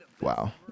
Wow